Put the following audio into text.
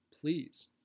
Please